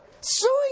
suing